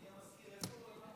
אני רשום?